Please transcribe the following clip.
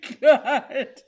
God